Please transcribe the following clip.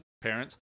parents